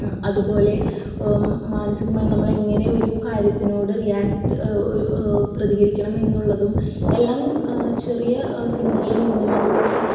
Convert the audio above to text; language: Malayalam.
അതുപോലെ മാനസികമായി നമ്മൾ എങ്ങനെ ഒരു കാര്യത്തിനോട് റിയാക്റ്റ് പ്രതികരിക്കണം എന്നുള്ളതും എല്ലാം ചെറിയ സിനിമകളിൽ നിന്നും അതുപോലെ